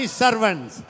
servants